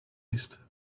east